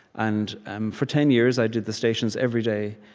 and and for ten years, i did the stations every day.